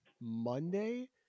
Monday